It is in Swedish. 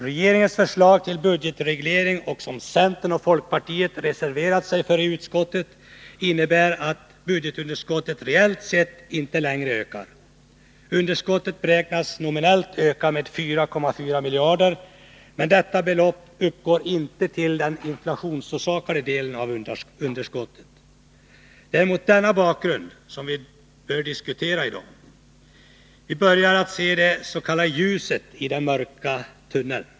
Regeringens förslag till budgetreglering, som centern och folkpartiet har reserverat sig för i utskottet, innebär att budgetunderskottet realt sett inte längre ökar. Underskottet beräknas nominellt öka med 4,4 miljarder, men detta belopp uppgår inte till den inflationsorsakade delen av underskottet. Det är mot denna bakgrund som vi bör diskutera i dag. Vi börjar se ljuset i den mörka tunnein.